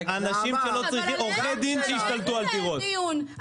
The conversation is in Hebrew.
עורכי דין שהשתלטו על דירות,